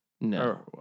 No